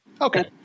Okay